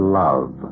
love